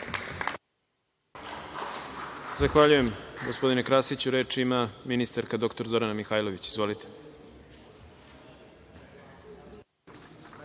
Zahvaljuje, gospodine Ješiću. Reč ima ministarka dr Zorana Mihajlović. Izvolite.